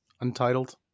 Untitled